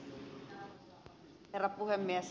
herra puhemies